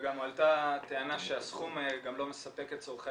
וגם עלתה טענה שהסכום גם לא מספק את צורכי